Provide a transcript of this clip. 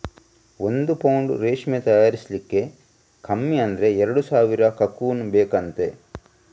ಒಂದು ಪೌಂಡು ರೇಷ್ಮೆ ತಯಾರಿಸ್ಲಿಕ್ಕೆ ಕಮ್ಮಿ ಅಂದ್ರೆ ಎರಡು ಸಾವಿರ ಕಕೂನ್ ಬೇಕಂತೆ